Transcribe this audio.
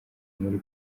muri